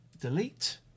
delete